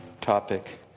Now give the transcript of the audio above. topic